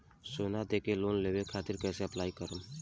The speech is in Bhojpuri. सोना देके लोन लेवे खातिर कैसे अप्लाई करम?